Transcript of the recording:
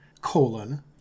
colon